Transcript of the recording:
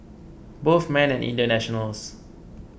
both men are Indian nationals